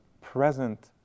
present